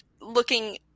looking –